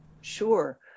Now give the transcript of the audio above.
Sure